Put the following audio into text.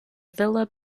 villa